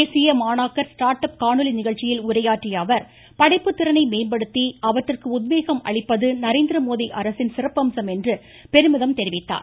தேசிய மாணாக்கர் start up காணொலி நிகழ்ச்சியில் உரையாற்றிய அவர் படைப்புத் திறனை மேம்படுத்தி அவற்றிற்கு உத்வேகம் அளிப்பது நரேந்திரமோடி அரசின் சிறப்பம்சம் என்று பெருமிதம் தெரிவித்தார்